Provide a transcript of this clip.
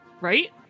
Right